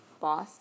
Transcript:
boss